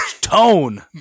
tone